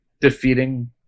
Defeating